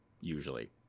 usually